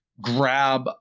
grab